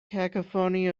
cacophony